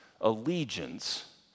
allegiance